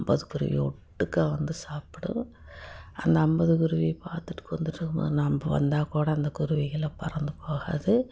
ஐம்பது குருவி ஒட்டுக்காக வந்து சாப்பிடும் அந்த ஐம்பது குருவி பார்த்துட்டு வந்துட்டு நம்ம வந்தால்க்கூட அந்த குருவிகெல்லாம் பறந்து போகாது